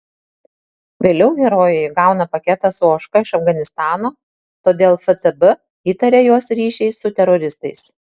vėliau herojai gauna paketą su ožka iš afganistano todėl ftb įtaria juos ryšiais su teroristais